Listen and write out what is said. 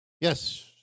Yes